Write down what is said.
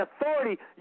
authority